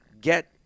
get